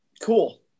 Cool